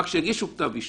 אלא רק שהגישו כתב אישום.